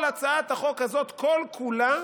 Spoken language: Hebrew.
כל הצעת החוק הזאת, כל-כולה